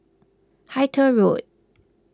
Hythe Road